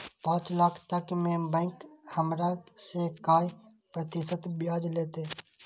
पाँच लाख तक में बैंक हमरा से काय प्रतिशत ब्याज लेते?